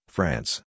France